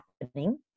happening